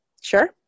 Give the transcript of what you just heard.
Sure